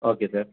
okay sir